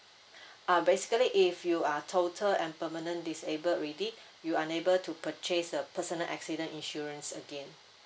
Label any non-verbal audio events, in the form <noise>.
<breath> uh basically if you are total and permanent disabled already you unable to purchase a personal accident insurance again